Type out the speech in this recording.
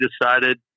decided